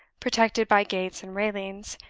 protected by gates and railings,